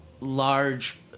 large